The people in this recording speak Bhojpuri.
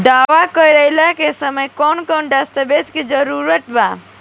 दावा कईला के समय कौन कौन दस्तावेज़ के जरूरत बा?